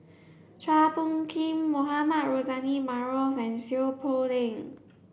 Chua Phung Kim Mohamed Rozani Maarof and Seow Poh Leng